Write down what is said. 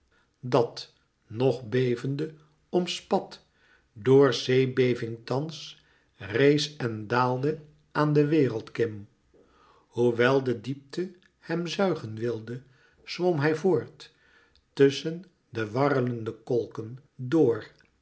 dat nog bevende omspat door zeebeving thans rees en daalde aan de wereldkim hoewel de diepte hem zuigen wilde zwom hij voort tusschen de warrelende kolken door